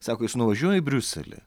sako jis nuvažiuoja į briuselį